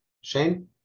Shane